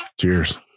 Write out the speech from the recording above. Cheers